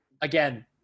again